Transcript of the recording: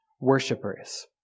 worshipers